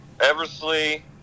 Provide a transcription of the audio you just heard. Eversley